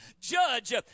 judge